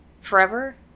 forever